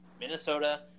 Minnesota